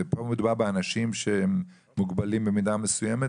ופה מדובר באנשים שהם מוגבלים במידה מסוימת,